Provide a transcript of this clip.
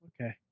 Okay